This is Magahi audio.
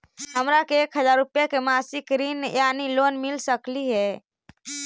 हमरा के एक हजार रुपया के मासिक ऋण यानी लोन मिल सकली हे?